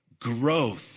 growth